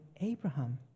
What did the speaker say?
Abraham